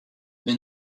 les